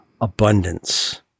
abundance